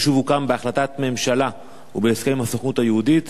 היישוב הוקם בהחלטת הממשלה ובהסכם עם הסוכנות היהודית.